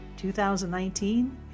2019